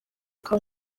akaba